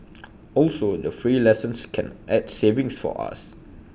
also the free lessons can add savings for us